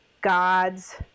God's